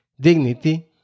dignity